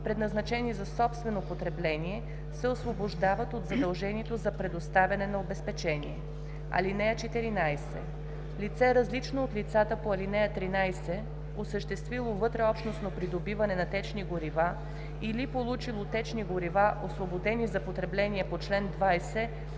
предназначени за собствено потребление, се освобождават от задължението за предоставяне на обезпечение. (14) Лице, различно от лицата по ал. 13, осъществило вътреобщностно придобиване на течни горива или получило течни горива, освободени за потребление по чл. 20,